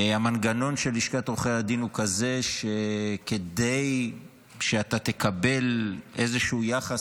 המנגנון של לשכת עורכי הדין הוא כזה שכדי שאתה תקבל איזשהו יחס,